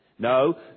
No